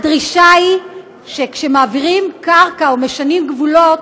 הדרישה היא שכאשר מעבירים קרקע ומשנים גבולות,